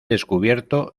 descubierto